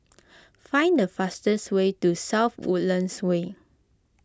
find the fastest way to South Woodlands Way